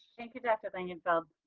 thank you, dr. langenfeld.